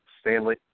Stanley